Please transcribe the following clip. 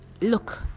look